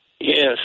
Yes